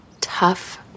tough